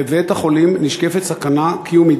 לבית-החולים נשקפת סכנה קיומית.